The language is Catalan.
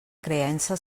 creença